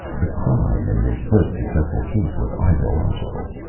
the crime in this first successful case was ideological.